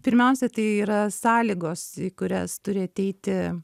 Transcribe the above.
pirmiausia tai yra sąlygos į kurias turi ateiti